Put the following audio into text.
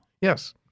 Yes